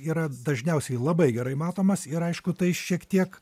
yra dažniausiai labai gerai matomas ir aišku tai šiek tiek